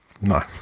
No